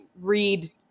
read